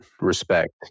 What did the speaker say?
respect